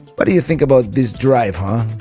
but do you think about this drive, huh?